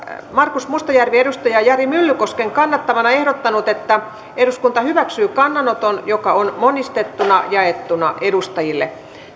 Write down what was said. markus mustajärvi jari myllykosken kannattamana ehdottanut että eduskunta hyväksyy kannanoton joka on monistettuna jaettu edustajille